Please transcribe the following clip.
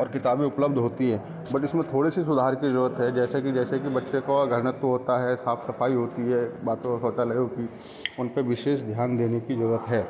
और किताबें उपलब्ध होती हैं बट इसमें थोड़े से सुधार की ज़रूरत है जैसे कि जैसे कि बच्चों को घनत्व होता है साफ सफाई होती है बात हो शौचालयों की उन पर विशेष ध्यान देने की ज़रूरत है